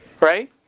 Right